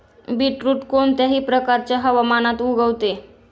beetroot कोणत्याही प्रकारच्या हवामानात उगवते